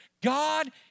God